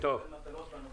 לקבל מטלות בנושא הזה.